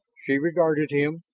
she regarded him,